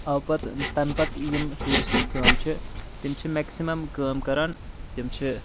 آو پَتہٕ تمہِ پتہٕ یِم ٹورِسٹٕز یِوان چھِ تِم چھِ میکسٕمَم کٲم کَران تِم چھِ